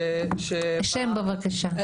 שם בבקשה.